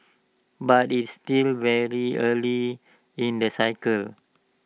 but it's still very early in the cycle